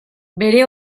bere